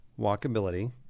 walkability